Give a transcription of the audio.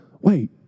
wait